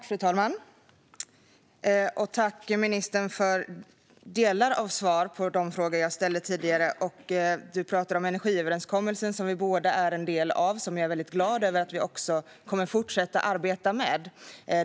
Fru talman! Jag tackar ministern för en del svar på de frågor jag ställde tidigare. Ministern talade om energiöverenskommelsen, vilken vi båda är en del av, och jag är glad över att vi kommer att fortsätta med.